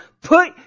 Put